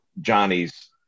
Johnny's